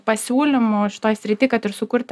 pasiūlymų šitoj srity kad ir sukurti